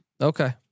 Okay